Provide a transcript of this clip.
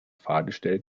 fahrgestell